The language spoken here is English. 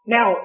Now